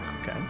Okay